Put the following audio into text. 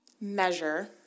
measure